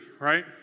right